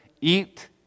eat